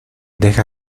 deja